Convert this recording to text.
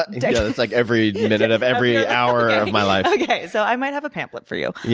but that's like every minute of every hour of my life. okay, so i might have a pamphlet for you. yeah